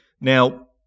Now